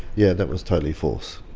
yeah that was totally false,